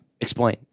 explain